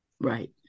Right